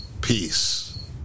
Peace